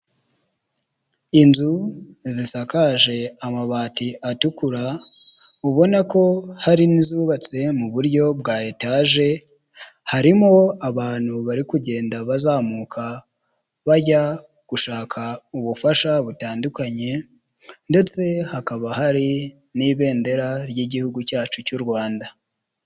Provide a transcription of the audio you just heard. Inzu zisakaje amabati atukura ubona ko hari n'izubatse mu buryo bwa etaje, harimo abantu bari kugenda bazamuka bajya gushaka ubufasha butandukanye ndetse hakaba hari n'ibendera ry'igihugu cyacu cy'u Rwanda.